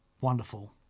wonderful